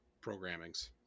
programmings